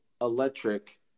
Electric